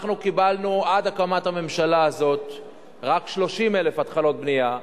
אנחנו קיבלנו עד הקמת הממשלה הזאת רק 30,000 התחלות בנייה,